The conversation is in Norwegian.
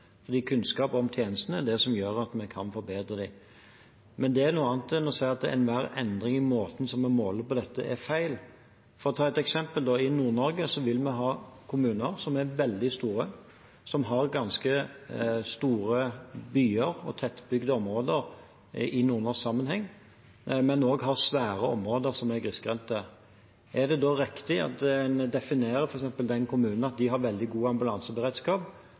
fordi kunnskap om tjenestene er det som gjør at vi kan forbedre dem. Men det er noe annet enn å si at enhver endring i måten vi måler dette på, er feil. For å ta et eksempel: I Nord-Norge vil vi ha kommuner som er veldig store, som har ganske store byer og tettbygde områder i nordnorsk sammenheng, men som også har svære områder som er grisgrendte. Er det da riktig at en definerer f.eks. den kommunen til å ha veldig god ambulanseberedskap,